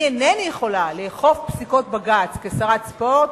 אני אינני יכולה לאכוף פסיקות בג"ץ כשרת הספורט,